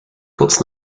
kurz